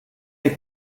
les